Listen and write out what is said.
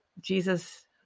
Jesus